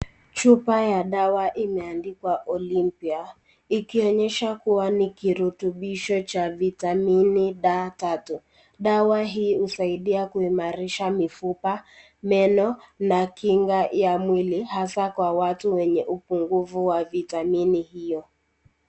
Chupa ya dawa imeandikwa Olympia , ikionyesha kuwa ni kirutubisho cha vitamini D3. Dawa hii husaidia kuimarisha mifupa, meno, na kinga ya mwili, hasa kwa watu wenye upungufu wa vitamini hiyo.